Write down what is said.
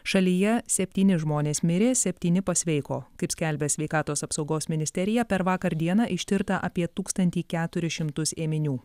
šalyje septyni žmonės mirė septyni pasveiko kaip skelbia sveikatos apsaugos ministerija per vakar dieną ištirta apie tūkstantį keturis šimtus ėminių